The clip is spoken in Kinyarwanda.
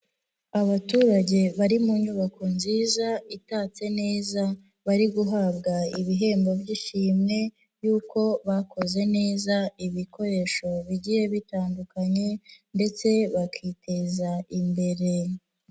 Abaturage bari mu nyubako nziza itatse neza, bari guhabwa ibihembo by'ishimwe, y'uko bakoze neza ibikoresho bigiye bitandukanye ndetse bakiteza imbere.